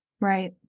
Right